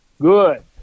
good